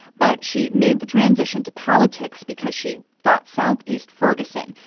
but she made the transition to politics because she thought southeast ferguson,